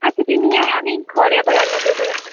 আচ্ছা তুই নিয়ে আয় আমি ঘরে আবার রান্না করব না হয়